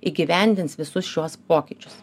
įgyvendins visus šiuos pokyčius